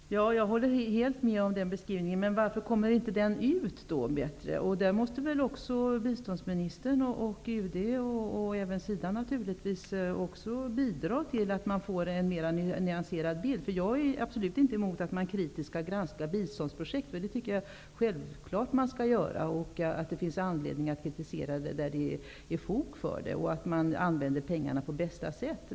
Herr talman! Jag håller helt med om detta. Men varför kommer inte den beskrivningen ut till folket? Biståndsministern, UD och även SIDA måste bidra till att presentera en mera nyanserad bild. Jag är inte emot att kritiskt granska biståndsprojekt. Jag tycker att det är självklart att man skall göra det. Kritik skall framföras där det finns fog för det. Pengarna skall användas på bästa sätt.